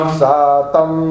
satam